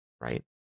right